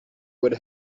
would